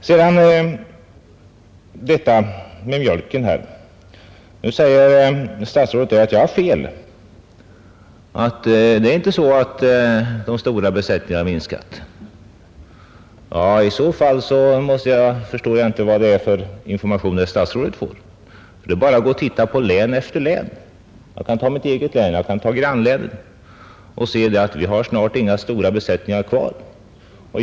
Statsrådet sade i fråga om mjölken att jag har fel och att de stora besättningarna inte har minskat. I så fall förstår jag inte vilka informationer herr statsrådet får. Det är bara att studera län efter län. Jag kan ta mitt eget län, och jag kan ta grannlänet, där vi snart inte har några stora besättningar kvar.